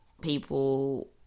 people